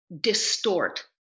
distort